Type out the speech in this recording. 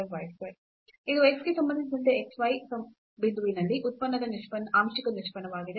ನಲ್ಲಿ ಇದು x ಗೆ ಸಂಬಂಧಿಸಿದಂತೆ x y ಬಿಂದುವಿನಲ್ಲಿ ಉತ್ಪನ್ನದ ಆಂಶಿಕ ನಿಷ್ಪನ್ನವಾಗಿದೆ